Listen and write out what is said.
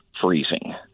freezing